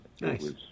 nice